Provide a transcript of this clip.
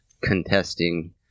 contesting